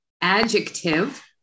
adjective